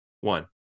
one